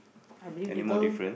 I believe the girl